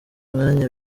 mwanya